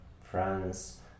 France